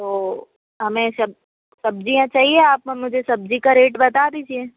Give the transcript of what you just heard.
तो हमें सब सब्ज़ियाँ चाहिए आप हमें सब्ज़ी का रेट बता दीजिए